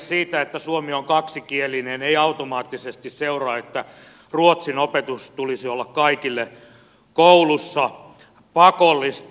siitä että suomi on kaksikielinen ei automaattisesti seuraa että ruotsin opetuksen tulisi olla kaikille koulussa pakollista